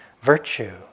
Virtue